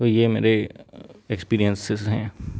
तो यह मेरे एक्सपीरियंसेस हैं